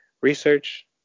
research